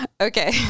Okay